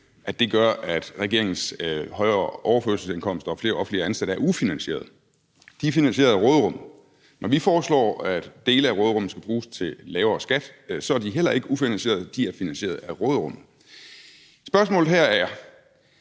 betyder ikke, at regeringens højere overførselsindkomster og flere offentligt ansatte er ufinansierede. De er finansieret af råderummet. Når vi foreslår, at dele af råderummet skal bruges til lavere skat, så er det heller ikke ufinansieret. Det er finansieret af råderummet. Spørgsmålet er: